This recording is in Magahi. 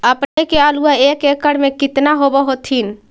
अपने के आलुआ एक एकड़ मे कितना होब होत्थिन?